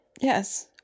Yes